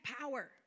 power